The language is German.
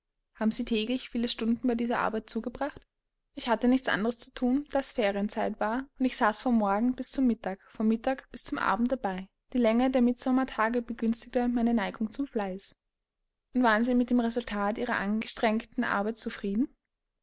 haben sie täglich viele stunden bei dieser arbeit zugebracht ich hatte nichts anderes zu thun da es ferienzeit war und ich saß vom morgen bis zum mittag vom mittag bis zum abend dabei die länge der mitsommertage begünstigte meine neigung zum fleiß und waren sie mit dem resultat ihrer angestrengten arbeit